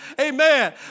Amen